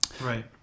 Right